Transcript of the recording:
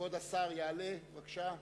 כבוד השר יעלה, בבקשה.